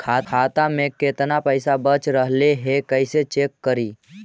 खाता में केतना पैसा बच रहले हे कैसे चेक करी?